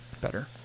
better